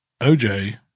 OJ